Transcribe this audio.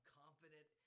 confident